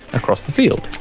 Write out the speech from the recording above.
across the field.